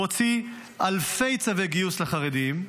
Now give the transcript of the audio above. והוציא אלפי צווי גיוס לחרדים,